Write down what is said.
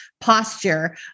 posture